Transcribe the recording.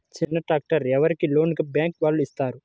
చిన్న ట్రాక్టర్ ఎవరికి లోన్గా బ్యాంక్ వారు ఇస్తారు?